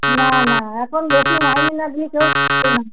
না না এখন বেশি মাইনে না দিলে কেউ থাকবে না